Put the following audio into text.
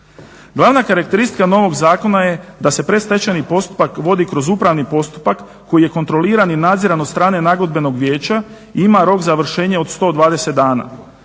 Glavna karakteristika novog zakona je da se predstečajni postupak vodi kroz upravni postupak koji je kontroliran i nadziran od strane nagodbenog vijeća i ima rok za izvršenje od 120 dana.